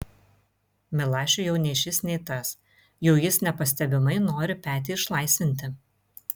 milašiui jau nei šis nei tas jau jis nepastebimai nori petį išlaisvinti